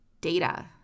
data